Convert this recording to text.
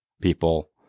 people